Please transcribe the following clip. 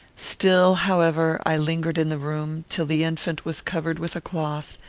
still, however, i lingered in the room, till the infant was covered with a cloth,